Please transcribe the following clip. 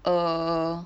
err